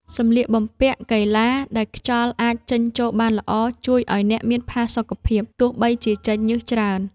សម្លៀកបំពាក់កីឡាដែលខ្យល់អាចចេញចូលបានល្អ ជួយឱ្យអ្នកមានផាសុកភាពទោះបីជាចេញញើសច្រើន។